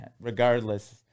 Regardless